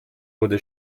wurde